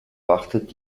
wartet